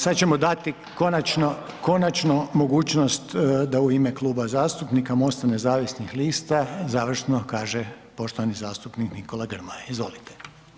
Sad ćemo dati konačno mogućnost da u ime Kluba zastupnika MOST-a nezavisnih lista završno kaže poštovani zastupnik Nikola Grmoja, izvolite.